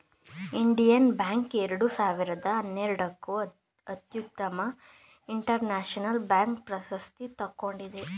Indian Bank ಎರಡು ಸಾವಿರದ ಹನ್ನೆರಡಕ್ಕೆ ಅತ್ಯುತ್ತಮ ಇಂಟರ್ನ್ಯಾಷನಲ್ ಬ್ಯಾಂಕ್ ಪ್ರಶಸ್ತಿ ತಗೊಂಡಿದೆ